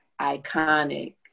iconic